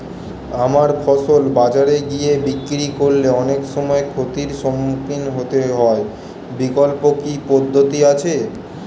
আমার ফসল বাজারে গিয়ে বিক্রি করলে অনেক সময় ক্ষতির সম্মুখীন হতে হয় বিকল্প কি পদ্ধতি আছে?